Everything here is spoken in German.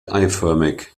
eiförmig